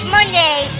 Monday